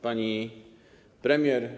Pani Premier!